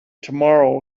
tomorrow